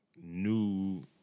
new